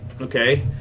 Okay